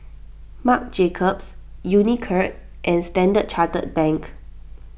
Marc Jacobs Unicurd and Standard Chartered Bank